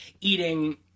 eating